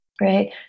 right